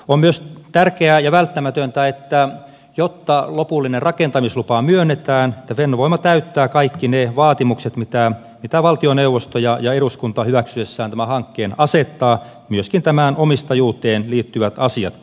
on myös tärkeää ja välttämätöntä että jotta lopullinen rakentamislupa myönnetään fennovoima täyttää kaikki ne vaatimukset mitä valtioneuvosto ja eduskunta hyväksyessään tämän hankkeen asettavat myöskin tämän omistajuuteen liittyvät asiat